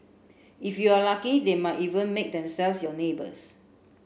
if you are lucky they might even make themselves your neighbours